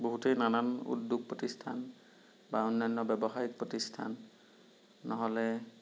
বহুতেই নানান উদ্যোগ প্ৰতিষ্ঠান বা অন্যান্য ব্য়ৱসায়িক প্ৰতিষ্ঠান নহ'লে